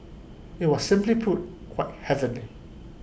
IT was simply put quite heavenly